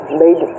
made